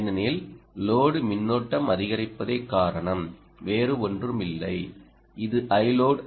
ஏனெனில் லோடு மின்னோட்டம் அதிகரிப்பதே காரணம் வேறு ஒன்றுமில்லை இது Iload